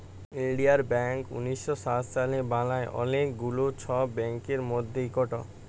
ইলডিয়াল ব্যাংক উনিশ শ সাত সালে বালাল অলেক গুলা ছব ব্যাংকের মধ্যে ইকট